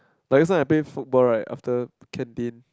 but it's not I play football right after canteen